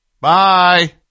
Bye